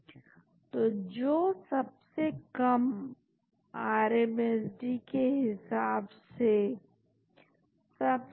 तो यह एक अच्छा पीडीएफ रेफरेंस है जिसमें कि आप स्कैफोल्ड होपिंग और फ्रेगमेंट लिंकिंग के बारे में पढ़ सकते हैं और हां